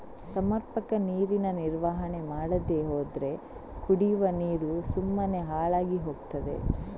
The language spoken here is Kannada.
ಸಮರ್ಪಕ ನೀರಿನ ನಿರ್ವಹಣೆ ಮಾಡದೇ ಹೋದ್ರೆ ಕುಡಿವ ನೀರು ಸುಮ್ಮನೆ ಹಾಳಾಗಿ ಹೋಗ್ತದೆ